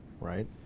right